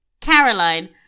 Caroline